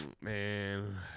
Man